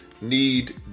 Need